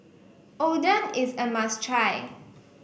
Oden is a must try